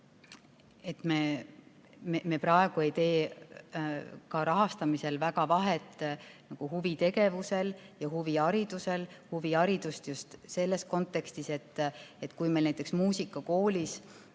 et me praegu ei tee rahastamisel väga vahet huvitegevusel ja huviharidusel. Huviharidust käsitlesime just selles kontekstis, et kui meil näiteks muusikakoolis